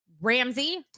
Ramsey